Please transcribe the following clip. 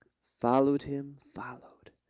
followed him, followed.